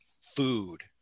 food